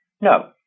No